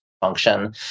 function